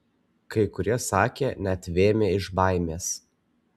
kai kurie sakė net vėmę iš baimės